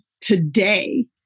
today